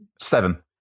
Seven